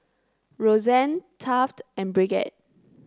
Roxann Taft and Bridgette